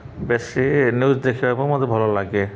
ବେଶୀ ନ୍ୟୁଜ୍ ଦେଖିବାକୁ ମୋତେ ଭଲ ଲାଗେ